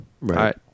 Right